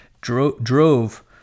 drove